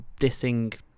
dissing